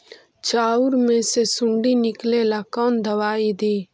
चाउर में से सुंडी निकले ला कौन दवाई दी?